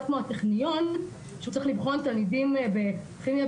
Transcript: כמו הטכניון שהוא צריך לבחון תלמידים בכימיה,